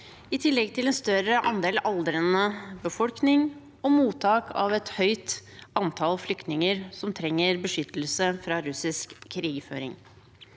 i tillegg til en større andel aldrende befolkning og mottak av et høyt antall flyktninger som trenger beskyttelse mot russisk krigføring.